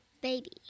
baby